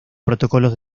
protocolos